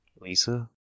Lisa